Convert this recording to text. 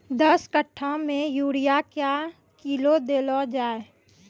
दस कट्ठा मे यूरिया क्या किलो देलो जाय?